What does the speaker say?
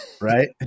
right